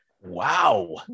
Wow